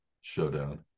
showdown